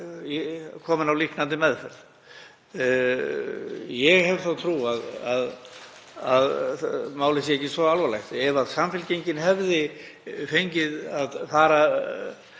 kominn á líknandi meðferð? Ég hef þá trú að málið sé ekki svo alvarlegt. Ef Samfylkingin hefði fengið að fara